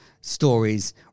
stories